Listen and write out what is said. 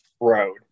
road